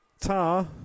tar